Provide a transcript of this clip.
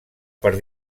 per